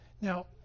Now